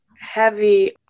heavy